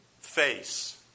Face